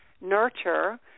nurture